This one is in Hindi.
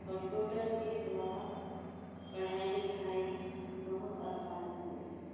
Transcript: कप्यूटर के द्वारा पढ़ाई लिखाई बहुत आसान हो गई है